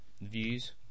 views